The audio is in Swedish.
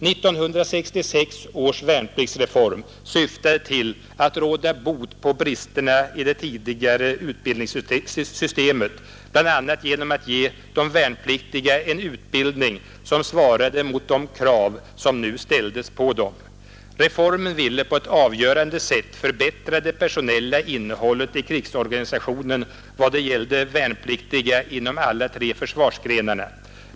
1966 års värnpliktsreform syftade till att råda bot på bristerna i det tidigare utbildningssystemet, bl.a. genom att ge de värnpliktiga en utbildning som svarade mot de krav som nu ställdes på dem. Reformen ville på ett avgörande sätt förbättra det personella innehållet i krigsorganisationen vad gällde värnpliktiga inom alla tre försvarsgrenarna.